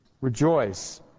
Rejoice